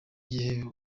gihe